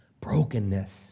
Brokenness